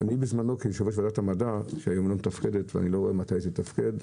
בזמנו כיושב ראש וועדת המדע שהיום לא מתפקדת ואני לא רואה מתי תתפקד,